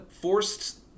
forced